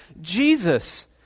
Jesus